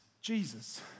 Jesus